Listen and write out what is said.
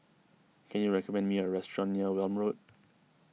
can you recommend me a restaurant near Welm Road